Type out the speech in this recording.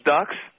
Ducks